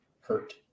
hurt